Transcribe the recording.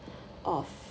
of